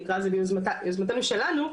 נקרא לזה ביוזמתנו שלנו,